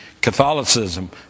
Catholicism